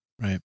Right